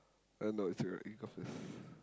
uh no it's alright you go first